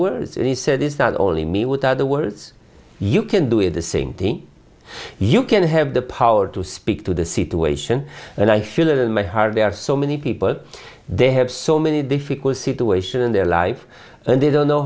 words and he said it's not only me with other words you can do it the same thing you can have the power to speak to the situation and i feel it in my heart there are so many people they have so many difficult situation in their life and they don't know